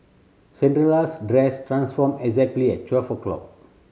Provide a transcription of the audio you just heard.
Cinderella's dress transformed exactly at twelve o'clock